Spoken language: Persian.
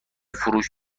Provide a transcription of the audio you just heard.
فروش